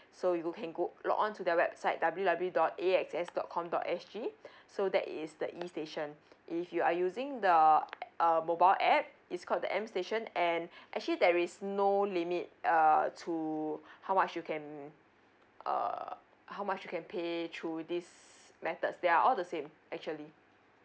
so you can go logon to their website W W W dot A X S dot com dot S G so that is the E station if you are using the uh mobile app it's called the M station and actually there is no limit err to how much you can err how much you can pay through this methods they are all the same actually